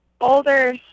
older